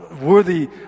worthy